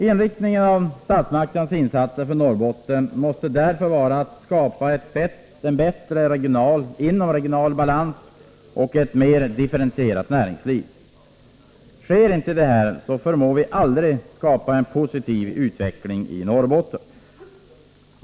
Inriktningen av statsmakternas insatser för Norrbotten måste därför vara att skapa en bättre regional balans och ett mer differentierat näringsliv. Sker inte detta, förmår vi aldrig att skapa en positiv utveckling i Norrbotten.